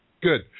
Good